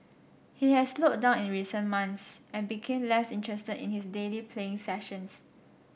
he had slowed down in recent months and became less interested in his daily playing sessions